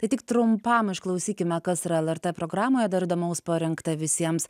tai tik trumpam išklausykime kas yra lrt programoje dar įdomaus parengta visiems